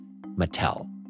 Mattel